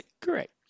Correct